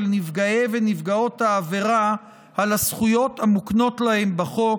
נפגעי ונפגעות עבירה על הזכויות המוקנות להם בחוק,